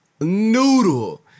noodle